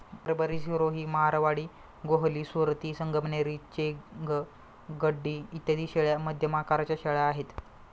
बरबरी, सिरोही, मारवाडी, गोहली, सुरती, संगमनेरी, चेंग, गड्डी इत्यादी शेळ्या मध्यम आकाराच्या शेळ्या आहेत